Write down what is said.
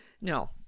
No